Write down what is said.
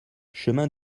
chemin